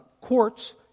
courts